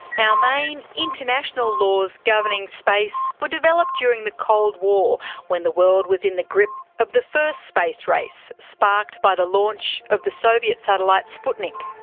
and main international laws governing space were developed during the cold war, when the world was in the grip of the first space race, sparked by the launch of the soviet satellite sputnik.